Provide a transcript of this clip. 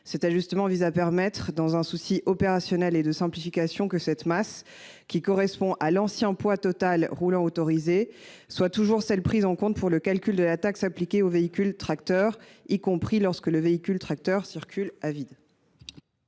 Cet ajustement vise à permettre, dans un souci opérationnel et de simplification, que cette masse, correspondant à l’ancien poids total roulant autorisé, soit toujours celle prise en compte pour le calcul de la taxe appliquée aux véhicules tracteurs, y compris lorsque le véhicule tracteur circule à vide.